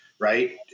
Right